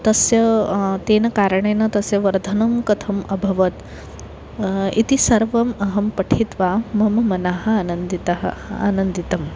तस्य तेन कारणेन तस्य वर्धनं कथम् अभवत् इति सर्वम् अहं पठित्वा मम मनः अनन्दितम् आनन्दितम्